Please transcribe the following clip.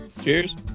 Cheers